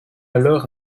alors